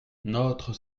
notre